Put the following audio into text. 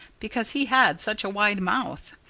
because he had such a wide mouth.